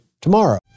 tomorrow